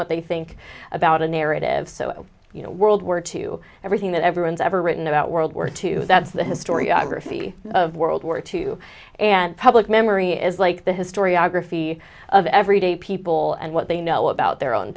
what they think about a narrative so you know world war two everything that everyone's ever written about world war two that's the historiography of world war two and public memory is like the historiography of everyday people and what they know about their own